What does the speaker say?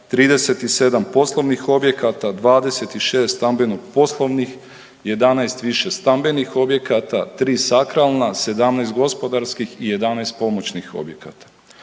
37 poslovnih objekata, 26 stambeno poslovnih, 11 višestambenih objekata, 3 sakralna, 17 gospodarskih i 11 pomoćnih objekata.